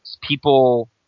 people